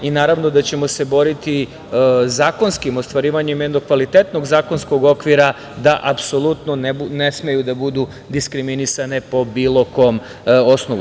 Naravno da ćemo se boriti zakonskim ostvarivanjem jednog kvalitetnog zakonskog okvira da ne smeju da budu diskriminisane po bilo osnovu.